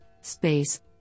space